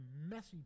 messy